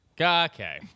Okay